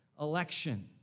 election